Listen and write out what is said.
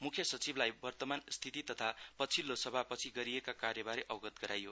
म्ख्य सचिवलाई वर्तमानस्थित तथा पछिल्लो सभापछि गरिएका कार्यबारे अवगत गराइयो